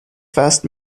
fast